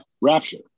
rapture